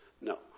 No